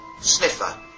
Sniffer